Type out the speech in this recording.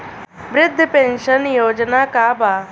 वृद्ध पेंशन योजना का बा?